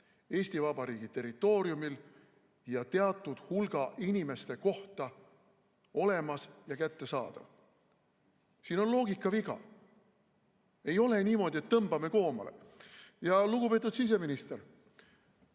Eesti Vabariigi territooriumil ja teatud hulga inimeste kohta olemas ja nad ei ole kättesaadavad. Siin on loogikaviga. Ei ole niimoodi, et tõmbame koomale. Lugupeetud siseminister!